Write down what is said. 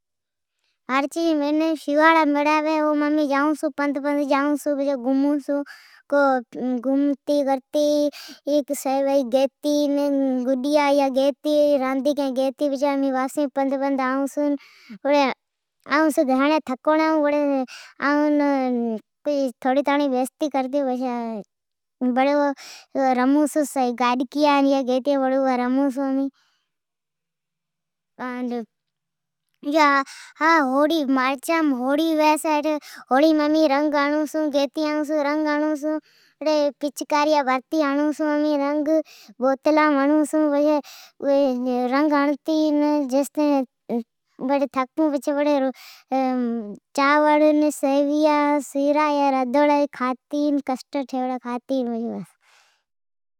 مارچی جی مھینی سواڑا مھیڑا آوی چھے اوم امی جائون چھو ن، پند پند جائوں سون گھمتی مٹائی گئتے گڈیا ڈجیا گیتے راندیکیں گیتے پچھے پند پند آئو چھون، تھکوڑین ھون چھون ۔ گھڑین تکھوڑین ھوں پچھی تھوڑی تائیں تھوڑی تائین بیستے کرتی رمون چھو ن جکو کارا ڈجا گیتے آئون اوام امیں رموں چھوں۔ مارچی جی مھنی مین ھولی آوی چھی اوم امی رنگ ھڑون چھون پچکاریا بھرتی ھڑون چھون باتلا بھرتی ھڑون چھون رنگ ھڑتی تکھوں چھوں چھون پچھے چانور ،سیویا، سیرا ردھوڑیا ھوی ایا کھاتی کسٹر کھاتی پچھے بس